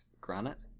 granite